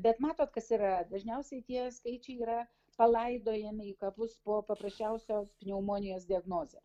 bet matot kas yra dažniausiai tie skaičiai yra palaidojami į kapus po paprasčiausios pneumonijos diagnoze